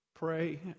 pray